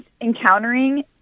encountering